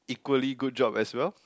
equally good job as well